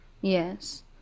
Yes